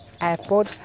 airport